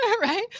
right